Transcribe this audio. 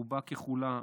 רובה ככולה,